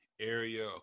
area